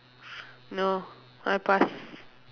no I pass